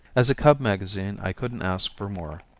as a cub magazine i couldn't ask for more.